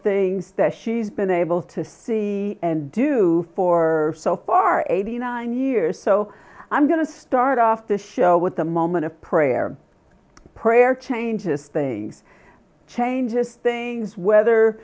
things that she's been able to see and do for so far eighty nine years so i'm going to start off the show with a moment of prayer prayer changes things changes things whether